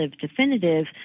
definitive